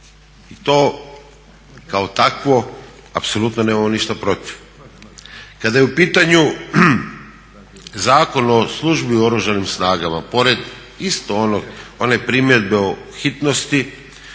i to kao takvog apsolutno nemamo ništa protiv. Kada je u pitanju Zakon o službi u oružanim snagama pored isto one primjedbe o hitnosti